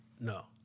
No